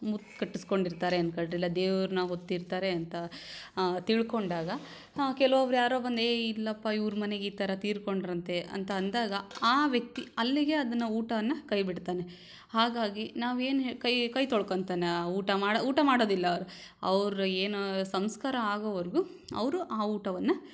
ಮುತ್ತು ಕಟ್ಟಿಸ್ಕೊಂಡು ಇರ್ತಾರೆ ಅಂದುಕೊಳ್ರಿ ಇಲ್ಲ ದೇವ್ರನ್ನ ಹೊತ್ತಿರ್ತಾರೆ ಅಂತ ತಿಳ್ಕೊಂಡಾಗ ಹಾಂ ಕೆಲವೊಬ್ರು ಯಾರೋ ಬಂದು ಏ ಇಲ್ಲಪ್ಪ ಇವ್ರ ಮನೆಗೆ ಈ ಥರ ತೀರಿಕೊಂಡ್ರಂತೆ ಅಂತ ಅಂದಾಗ ಆ ವ್ಯಕ್ತಿ ಅಲ್ಲಿಗೆ ಅದನ್ನು ಊಟವನ್ನು ಕೈಬಿಡ್ತಾನೆ ಹಾಗಾಗಿ ನಾವು ಏನು ಕೈ ಕೈ ತೊಳ್ಕೊಂತಾನೆ ಆ ಊಟ ಮಾಡು ಊಟ ಮಾಡೋದಿಲ್ಲ ಅವ್ರ ಅವ್ರ ಏನು ಸಂಸ್ಕಾರ ಆಗೋವರೆಗೂ ಅವರು ಆ ಊಟವನ್ನು